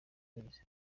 ubuvugizi